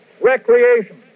recreation